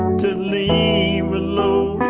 to leave alone.